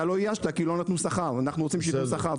אתה לא איישת כי לא נתנו שכר אנחנו רוצים שיתנו שכר,